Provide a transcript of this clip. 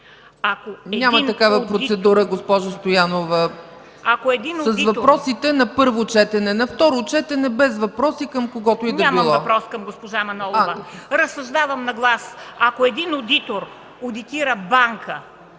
Няма такава процедура, госпожо Стоянова. С въпросите – на първо четене. На второ четене без въпроси към когото и да било. ДОКЛАДЧИК МЕНДА СТОЯНОВА: Нямам въпрос към госпожа Манолова. Разсъждавам на глас: ако един одитор одитира банка